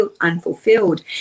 unfulfilled